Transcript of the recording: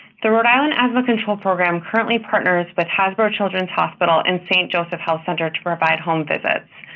the rhode island asthma control program currently partners with hasbro children's hospital in st. joseph's health center to provide home visits.